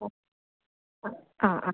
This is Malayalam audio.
ആ ആ